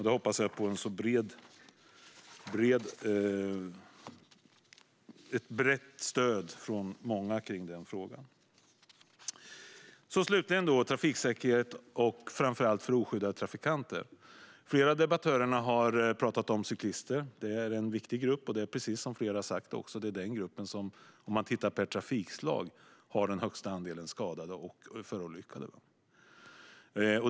Då hoppas jag på ett brett stöd från många här. Slutligen gäller det trafiksäkerhet, framför allt för oskyddade trafikanter. Flera av debattörerna har pratat om cyklister. Det är en viktig grupp, och - precis som flera här har sagt - det är den gruppen som per trafikslag har den högsta andelen skadade och förolyckade.